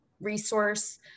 resource